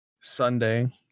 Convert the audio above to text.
sunday